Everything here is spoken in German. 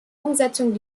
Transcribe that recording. umsetzung